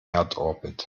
erdorbit